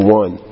one